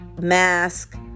mask